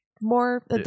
more